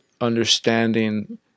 understanding